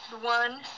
one